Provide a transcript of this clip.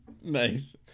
Nice